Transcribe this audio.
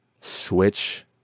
Switch